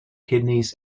kidneys